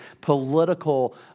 political